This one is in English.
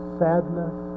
sadness